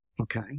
Okay